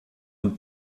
und